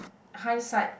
high site